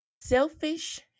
selfish